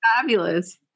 fabulous